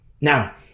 Now